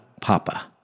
papa